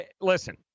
listen